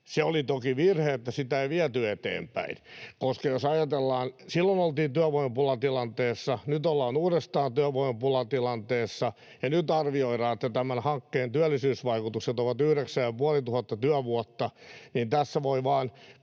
Se oli toki virhe, että sitä ei viety eteenpäin, jos ajatellaan, että silloin oltiin työvoimapulatilanteessa, nyt ollaan uudestaan työvoimapulatilanteessa. Ja nyt kun arvioidaan, että tämän hankkeen työllisyysvaikutukset ovat 9 500 työvuotta, niin tässä voi vaan